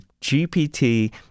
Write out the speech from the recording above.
GPT